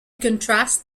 contrast